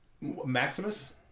Maximus